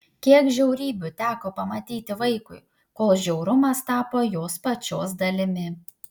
kiek žiaurybių teko pamatyti vaikui kol žiaurumas tapo jos pačios dalimi